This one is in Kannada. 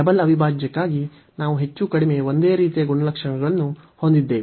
ಡಬಲ್ ಅವಿಭಾಜ್ಯಕ್ಕಾಗಿ ನಾವು ಹೆಚ್ಚು ಕಡಿಮೆ ಒಂದೇ ರೀತಿಯ ಗುಣಲಕ್ಷಣಗಳನ್ನು ಹೊಂದಿದ್ದೇವೆ